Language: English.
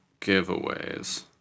giveaways